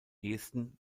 ehesten